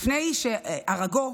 לפני שהרגו,